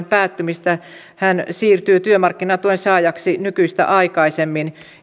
päättymistä hän siirtyy työmarkkinatuen saajaksi nykyistä aikaisemmin